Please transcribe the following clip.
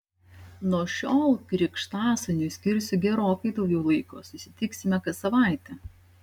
nuo šiol krikštasūniui skirsiu gerokai daugiau laiko susitiksime kas savaitę